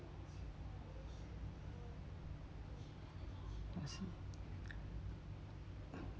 I see